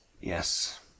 Yes